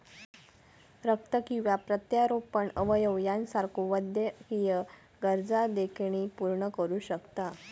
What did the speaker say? रक्त किंवा प्रत्यारोपण अवयव यासारख्यो वैद्यकीय गरजा देणगी पूर्ण करू शकता